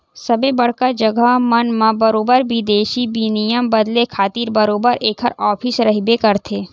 सबे बड़का जघा मन म बरोबर बिदेसी बिनिमय बदले खातिर बरोबर ऐखर ऑफिस रहिबे करथे